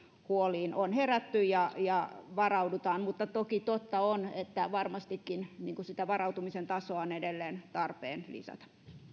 huoliin on herätty ja ja varaudutaan mutta toki totta on että varmastikin sitä varautumisen tasoa on edelleen tarpeen lisätä